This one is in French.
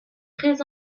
très